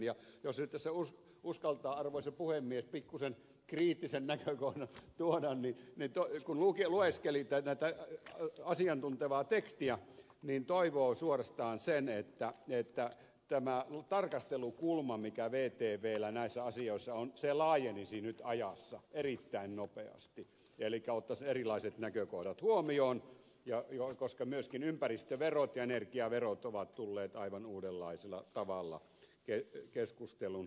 jos nyt tässä uskaltaa arvoisa puhemies pikkuisen kriittisen näkökohdan tuoda niin kun lueskeli tätä asiantuntevaa tekstiä niin toivoo suorastaan sitä että tämä tarkastelukulma mikä vtvllä näissä asioissa on laajenisi nyt ajassa erittäin nopeasti elikkä ottaisi erilaiset näkökohdat huomioon koska myöskin ympäristöverot ja energiaverot ovat tulleet aivan uudenlaisella tavalla keskustelun keskiöön